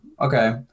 okay